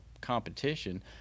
competition